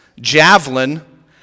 javelin